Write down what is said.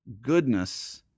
goodness